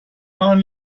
machen